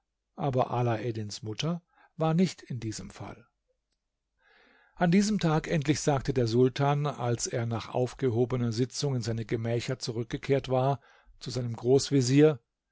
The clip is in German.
und alaeddins mutter war nicht in diesem fall an diesem tag endlich sagte der sultan als er nach aufgehobener sitzung in seine gemächer zurückgekehrt war zu seinem großvezier